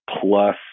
plus